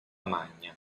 magna